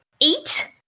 eight